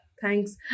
thanks